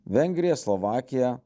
vengrija slovakija